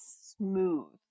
smooth